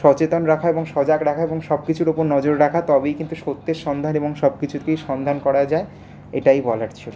সচেতন রাখা এবং সজাগ রাখা এবং সব কিছুর ওপর নজর রাখা তবেই কিন্তু সত্যের সন্ধান এবং সব কিছুকেই সন্ধান করা যায় এটাই বলার ছিল